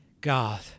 God